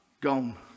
gone